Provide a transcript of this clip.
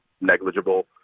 negligible